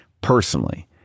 personally